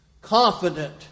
confident